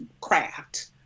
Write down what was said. craft